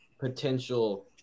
potential